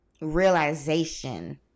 realization